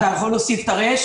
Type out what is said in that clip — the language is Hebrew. אתה יכול להוסיף את ה-ר',